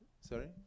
Sorry